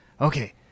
Okay